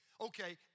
Okay